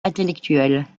intellectuelle